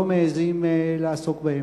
לא מעזים לעסוק בהן.